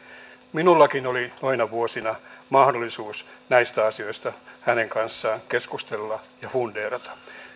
minullakin oli noina vuosina mahdollisuus näistä asioista hänen kanssaan keskustella ja fundeerata